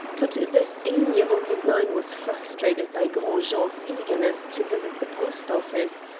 but this amiable design was frustrated by gros jean's eagerness to visit the post-office,